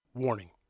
Warning